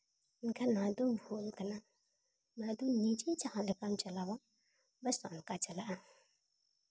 ᱮᱱᱠᱷᱟᱱ ᱱᱚᱣᱟ ᱫᱚ ᱵᱷᱩᱞ ᱠᱟᱱᱟ ᱚᱱᱟᱫᱚ ᱱᱤᱡᱮ ᱡᱟᱦᱟᱸ ᱞᱮᱠᱟᱢ ᱪᱟᱞᱟᱣᱟ ᱵᱟᱥ ᱚᱱᱠᱟ ᱪᱟᱞᱟᱜᱼᱟ